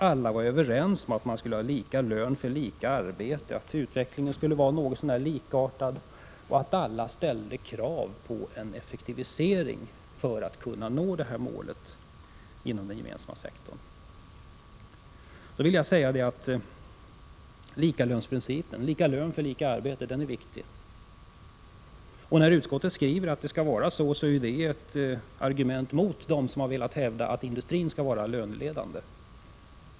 Alla var överens om, sade hon, att det skulle vara lika lön för lika arbete, att utvecklingen på löneområdet skulle vara något så när likartad. Alla ställde krav på en effektivisering för att kunna nå detta mål inom den gemensamma sektorn. Jag håller med om att principen lika lön för lika arbete är viktig. När utskottet skriver att det skall vara så är det ett argument mot dem som hävdar att industrin skall vara löneledande.